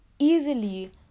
Easily